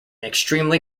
extremely